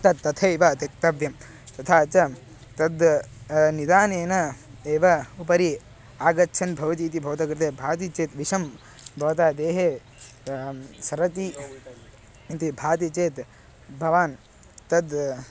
तत् तथैव त्यक्तव्यं तथा च तद् निदानेन एव उपरि आगच्छन् भवति इति भवतः कृते भाति चेत् विषं भवतः देहे सरति इति भाति चेत् भवान् तद्